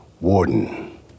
warden